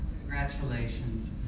Congratulations